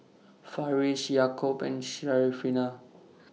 Farish Yaakob and Syarafina